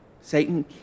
Satan